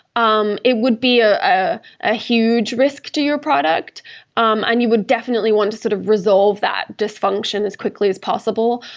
um it would be a ah ah huge risk to your product um and you would definitely want to sort of resolve that dysfunction as quickly as possible.